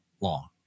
long